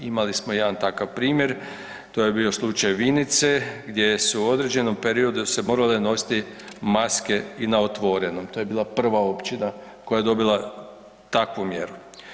Imali smo jedan takav primjer, to je bio slučaj Vinice gdje su se u određenom periodu se morale nositi maske i na otvorenom, to je bila prva općina koja je dobila takvu mjeru.